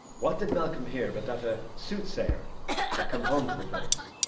what did malcolm hear but that a soothsayer had come home to the place,